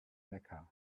mecca